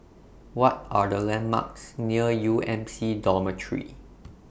What Are The landmarks near U M C Dormitory